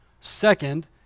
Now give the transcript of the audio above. Second